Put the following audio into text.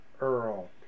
Earl